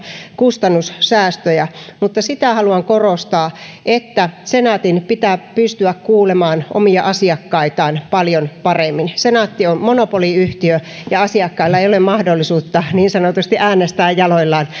kustannussäästöjä mutta sitä haluan korostaa että senaatin pitää pystyä kuulemaan omia asiakkaitaan paljon paremmin senaatti on monopoliyhtiö ja asiakkailla ei ole mahdollisuutta niin sanotusti äänestää jaloillaan